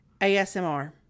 ASMR